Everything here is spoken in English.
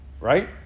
Right